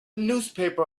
newspaper